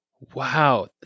Wow